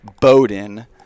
Bowden